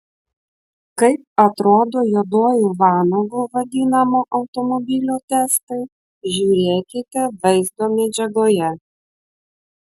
kaip atrodo juoduoju vanagu vadinamo automobilio testai žiūrėkite vaizdo medžiagoje